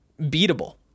beatable